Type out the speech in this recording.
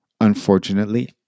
Unfortunately